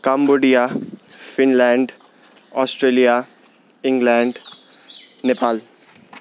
Cambodia Finland Australia England Nepal